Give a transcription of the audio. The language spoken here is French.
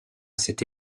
cette